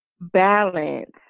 balance